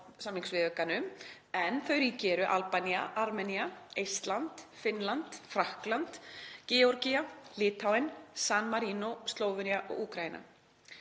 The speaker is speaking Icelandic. samningsviðaukanum. Þau ríki eru Albanía, Armenía, Eistland, Finnland, Frakkland, Georgía, Litháen, San Marínó, Slóvenía og Úkraína.